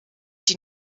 die